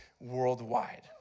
worldwide